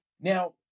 Now